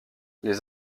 les